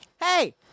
Hey